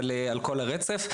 אבל על כל הרצף.